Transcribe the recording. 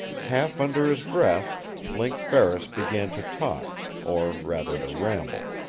half under his breath link ferris began to talk or rather to ramble.